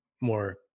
more